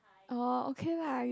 orh okay lah you